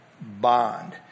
bond